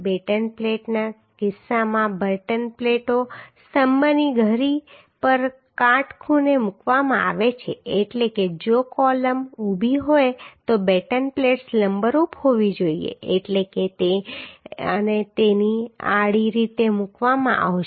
batten પ્લેટના કિસ્સામાં batten પ્લેટો સ્તંભની ધરી પર કાટખૂણે મૂકવામાં આવે છે એટલે કે જો કૉલમ ઊભી હોય તો બેટન પ્લેટ્સ લંબરૂપ હોવી જોઈએ એટલે કે તેને આડી રીતે મૂકવામાં આવશે